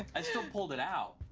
i still pulled it out.